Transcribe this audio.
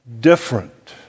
different